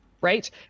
right